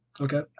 Okay